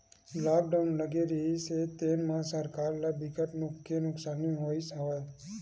lockdown लगे रिहिस तेन म सरकार ल बिकट के नुकसानी होइस हवय